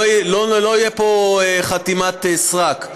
לא תהיה פה חתימת סרק.